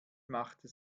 machte